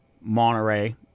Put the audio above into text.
Monterey